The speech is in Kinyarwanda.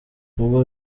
ubwo